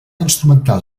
instrumental